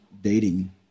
dating